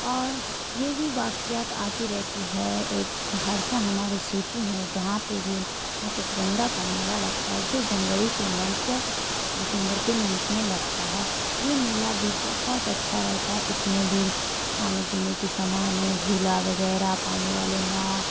اور یہ بھی واقعات آتی رہتی ہے ایک سہرسہ ہمارے سٹی ہے جہاں پہ بھی متسگندہ کا میلہ لگتا ہے جو جنوری کے منتھ یا دسمبر کے منتھ میں لگتا ہے یہ میلہ بھی بہت اچھا رہتا ہے اس میں بھی کھانے پینے کی سامانیں جھولا وغیرہ پانی والے ناؤ